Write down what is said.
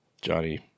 Johnny